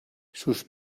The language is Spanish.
sus